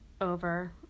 over